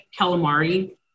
calamari